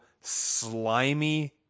slimy